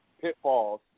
pitfalls